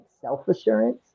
self-assurance